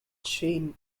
chain